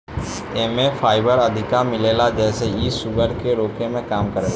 एमे फाइबर अधिका मिलेला जेसे इ शुगर के रोके में काम करेला